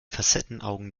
facettenaugen